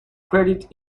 credit